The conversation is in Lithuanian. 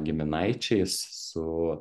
giminaičiais su